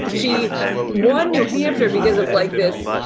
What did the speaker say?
but she won new hampshire because it like this,